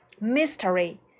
mystery